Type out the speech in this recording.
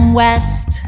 west